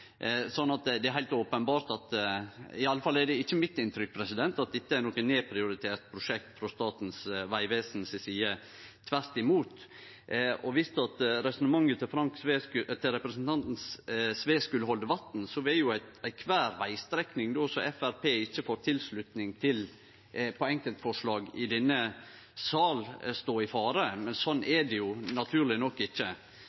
det er – heilt openbert – iallfall ikkje mitt inntrykk at dette er noko nedprioritert prosjekt frå Statens vegvesen si side, tvert imot. Og dersom resonnementet til representanten Sve skulle halde vatn, vil jo alle vegstrekningar som Framstegspartiet ikkje får tilslutning til ut frå enkeltforslag i denne sal, stå i fare, men slik er det naturleg nok ikkje.